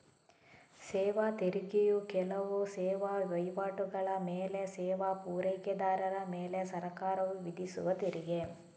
ಸೇವಾ ತೆರಿಗೆಯು ಕೆಲವು ಸೇವಾ ವೈವಾಟುಗಳ ಮೇಲೆ ಸೇವಾ ಪೂರೈಕೆದಾರರ ಮೇಲೆ ಸರ್ಕಾರವು ವಿಧಿಸುವ ತೆರಿಗೆ